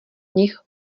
nich